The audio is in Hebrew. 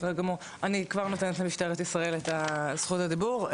אני כבר נותנת למשטרת ישראל את זכות הדיבור.